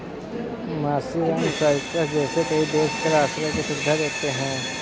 Mauritius, Cyprus जैसे कई देश कर आश्रय की सुविधा देते हैं